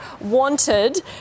wanted